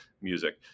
music